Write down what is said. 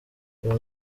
uyu